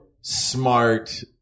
smart